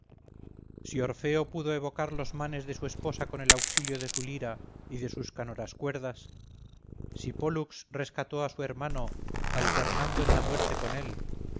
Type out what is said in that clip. si orfeo pudo evocar los manes de su esposa con el auxilio de su lira y de sus canoras cuerdas si pólux rescató a su hermano alternando en la muerte con él